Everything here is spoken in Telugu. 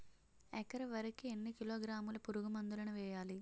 ఎకర వరి కి ఎన్ని కిలోగ్రాముల పురుగు మందులను వేయాలి?